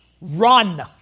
run